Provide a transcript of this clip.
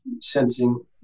sensing